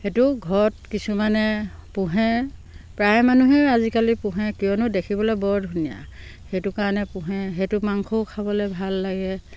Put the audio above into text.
সেইটো ঘৰত কিছুমানে পোহে প্ৰায় মানুহেই আজিকালি পোহে কিয়নো দেখিবলৈ বৰ ধুনীয়া সেইটো কাৰণে পোহে সেইটো মাংসও খাবলৈ ভাল লাগে